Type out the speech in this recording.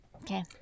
Okay